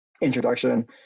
introduction